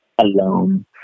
alone